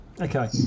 Okay